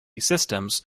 systems